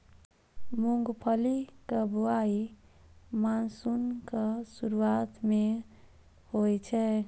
मूंगफलीक बुआई मानसूनक शुरुआते मे होइ छै